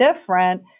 different